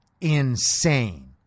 insane